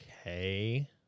Okay